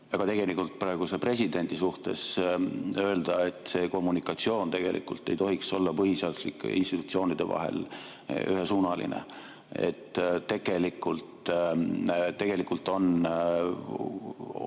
ka tegelikult praeguse presidendi suhtes öelda, et see kommunikatsioon tegelikult ei tohiks olla põhiseaduslike institutsioonide vahel ühesuunaline. Tegelikult on